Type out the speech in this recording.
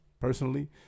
Personally